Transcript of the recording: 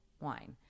wine